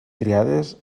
triades